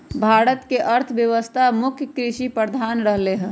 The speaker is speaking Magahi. भारत के अर्थव्यवस्था मुख्य कृषि प्रधान रहलै ह